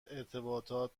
ارتباطات